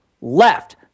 left